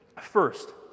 first